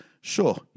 Sure